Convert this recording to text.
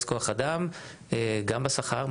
גם בשכר,